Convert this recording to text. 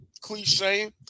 cliche